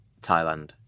thailand